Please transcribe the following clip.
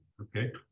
okay